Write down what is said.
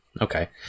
Okay